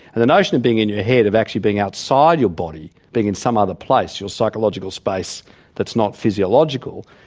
and the notion of being in your head, of actually being outside your body, being in some other place, your psychological space that's not physiological,